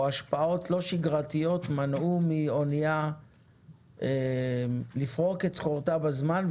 השפעות לא שגרתיות מנעו מאונייה לפרוק את סחורותיה בזמן,